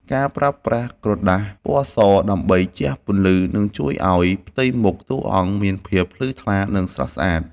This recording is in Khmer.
ការប្រើប្រាស់ក្រដាសពណ៌សដើម្បីជះពន្លឺនឹងជួយឱ្យផ្ទៃមុខតួអង្គមានភាពភ្លឺថ្លា និង ស្រស់ស្អាត។